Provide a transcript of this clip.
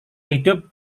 hidup